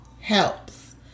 helps